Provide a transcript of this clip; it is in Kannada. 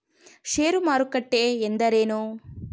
ಷೇರು ಮಾರುಕಟ್ಟೆ ಎಂದರೇನು?